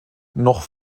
noch